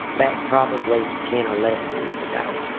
back probably ten or eleven years ago,